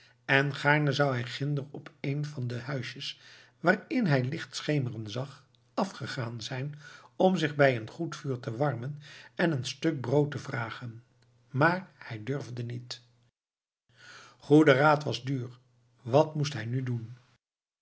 en gaarne zou hij ginder op een van de huisjes waarin hij licht schemeren zag afgegaan zijn om zich bij een goed vuur te warmen en een stuk brood te vragen maar hij durfde niet goede raad was duur wat moest hij nu doen